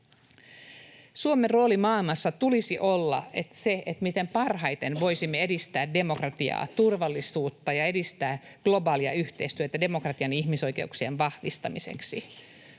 Suomen roolin maailmassa tulisi olla se, miten parhaiten voisimme edistää demokratiaa, turvallisuutta ja globaalia yhteistyötä demokratian ja ihmisoikeuksien vahvistamiseksi.